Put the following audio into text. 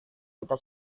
kita